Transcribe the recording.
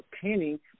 penny